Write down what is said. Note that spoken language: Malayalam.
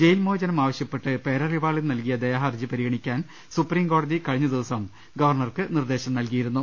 ജയിൽ മോചനം ആവ ശൃപ്പെട്ട് പേരറിവാളൻ നൽകിയ ദയാഹർജി പരിഗണിക്കാൻ സുപ്രീംകോ ടതി കഴിഞ്ഞ ദിവസം ഗവർണർക്ക് നിർദ്ദേശം നൽകിയിരുന്നു